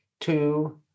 Two